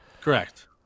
Correct